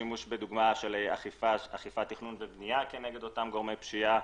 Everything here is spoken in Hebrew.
שימוש בדוגמה של אכיפה תכנון ובנייה כנגד אותם גורמי פשיעה,